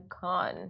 Khan